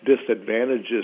disadvantages